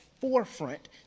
forefront